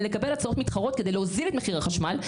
לקבל הצעות מתחרות כדי להוזיל את מחיר החשמל,